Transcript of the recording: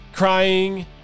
Crying